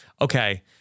Okay